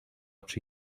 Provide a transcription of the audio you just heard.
czy